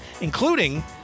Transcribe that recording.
including